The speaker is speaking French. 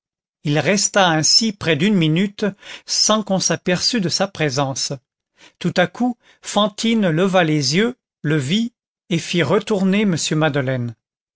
il resta ainsi près d'une minute sans qu'on s'aperçût de sa présence tout à coup fantine leva les yeux le vit et fit retourner m madeleine